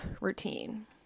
routine